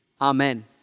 Amen